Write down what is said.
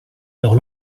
alors